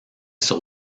sur